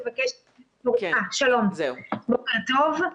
שלום, בוקר טוב.